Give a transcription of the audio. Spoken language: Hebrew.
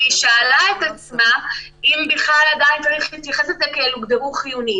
היא שאלה את עצמה אם עדיין צריך להתייחס אל "הוגדרו חיוניים",